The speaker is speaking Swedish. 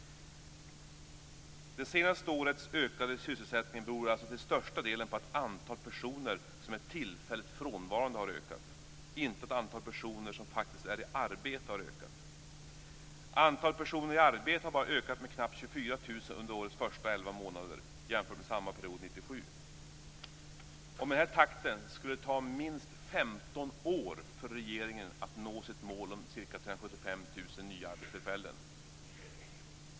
Det senaste årets ökade sysselsättning beror till största delen på att antalet personer som är tillfälligt frånvarande har ökat, inte att antalet personer som faktiskt är i arbete har ökat. Antalet personer i arbete har bara ökat med knappt 24 000 under årets elva första månader jämfört med samma period 1997! Med den här takten skulle det ta minst 15 år för regeringen att nå sitt mål om ca 375 000 nya arbetstillfällen.